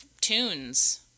tunes